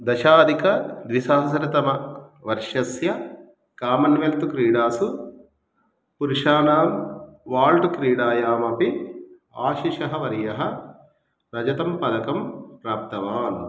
दशाधिकद्विसहस्रतमवर्षस्य Commonwealth क्रीडासु पुरुषाणां वाल्ड् क्रीडायामपि आशिषः वर्यः रजतं पदकं प्राप्तवान्